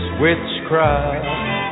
witchcraft